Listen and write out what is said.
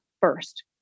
first